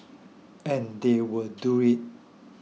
and they will do it